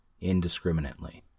indiscriminately